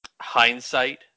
hindsight